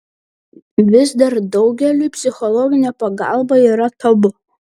vis dar daugeliui psichologinė pagalba yra tabu